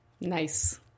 nice